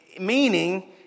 Meaning